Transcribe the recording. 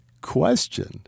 question